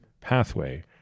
pathway